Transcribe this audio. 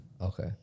Okay